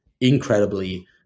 incredibly